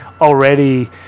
already